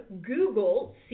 Google